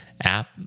app